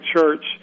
Church